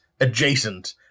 adjacent